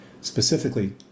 specifically